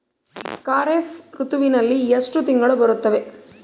ಖಾರೇಫ್ ಋತುವಿನಲ್ಲಿ ಎಷ್ಟು ತಿಂಗಳು ಬರುತ್ತವೆ?